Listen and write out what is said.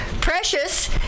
Precious